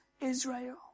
Israel